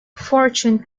fortune